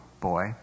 boy